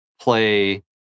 play